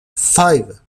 five